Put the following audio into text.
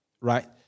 right